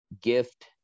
gift